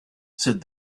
said